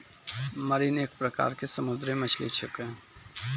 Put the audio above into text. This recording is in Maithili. मरीन एक प्रकार के समुद्री मछली छेकै